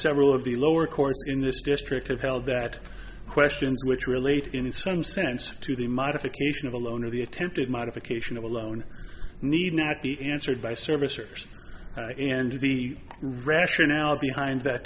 several of the lower courts in this district have held that questions which relate in some sense to the modification of a loan or the attempted modification of a loan need not be answered by servicers and the rationale behind that